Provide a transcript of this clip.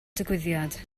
digwyddiad